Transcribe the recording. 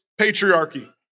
patriarchy